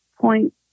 point